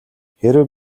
хэрэв